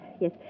yes